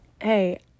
hey